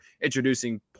Introducing